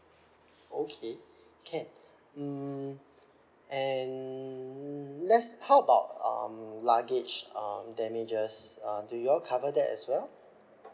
okay can mm and let's how about um luggage um damages uh do you all cover that as well